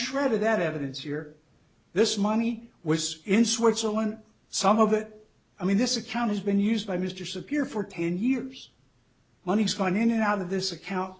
shred of that evidence here this money was in switzerland some of it i mean this account has been used by mr sapir for ten years money has gone in and out of this account